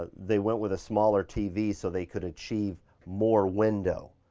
ah they went with a smaller tv so they could achieve more window.